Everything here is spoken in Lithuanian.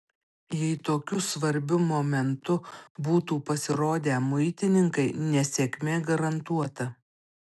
jei tokiu svarbiu momentu būtų pasirodę muitininkai nesėkmė garantuota